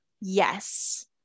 Yes